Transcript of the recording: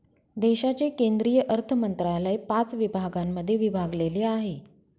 देशाचे केंद्रीय अर्थमंत्रालय पाच विभागांमध्ये विभागलेले आहे